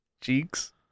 cheeks